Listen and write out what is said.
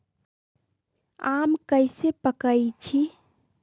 आम कईसे पकईछी?